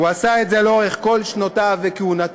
הוא עשה את זה לאורך כל שנותיו וכהונתו,